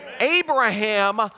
Abraham